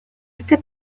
este